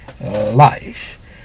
Life